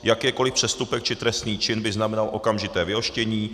Jakýkoliv přestupek či trestný čin by znamenal okamžité vyhoštění.